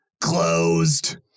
closed